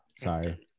Sorry